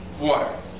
water